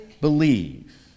believe